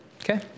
Okay